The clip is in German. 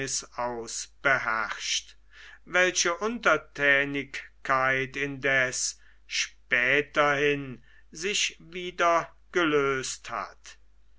aus beherrscht welche untertänigkeit indes späterhin sich wieder gelöst hat